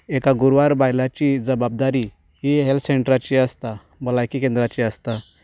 एका गुरवार बायलाची जबाबदारी ही हेल्थ सेंटराची आसता बलायकी केंद्राची आसता